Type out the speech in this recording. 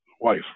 wife